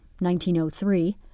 1903